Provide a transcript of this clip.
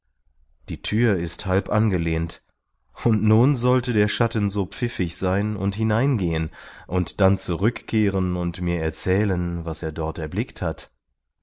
die thür ist halb angelehnt und nun sollte der schatten so pfiffig sein und hineingehen und dann zurückkehren und mir erzählen was er dort erblickt hat